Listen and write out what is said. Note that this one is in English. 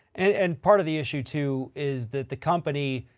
and, and part of the issue too is that the company,